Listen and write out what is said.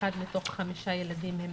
אחד מתוך חמישה ילדים הם